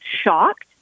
shocked